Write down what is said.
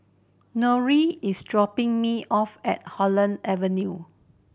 Norine is dropping me off at Holland Avenue